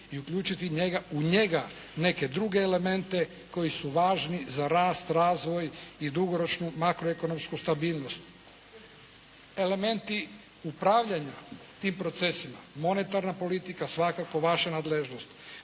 i uključiti u njega neke druge elemente koji su važni za rast, razvoj i dugoročnu makro ekonomsku stabilnost. Elementi upravljanja tim procesima, monetarna politika svakako vaša nadležnost,